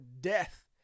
death